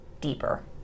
deeper